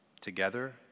together